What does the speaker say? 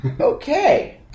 Okay